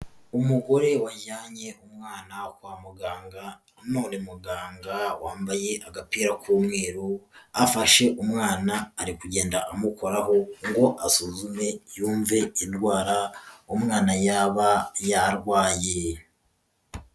Umugore wajyanye umwana kwa muganga, none muganga wambaye agapira k'umweru afashe umwana ari kugenda amukoraho, ngo asuzume yumve indwara umwana yaba yarwaye.